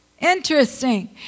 Interesting